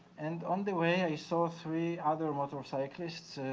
and on the way, i saw three other motorcyclists